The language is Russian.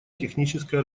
технической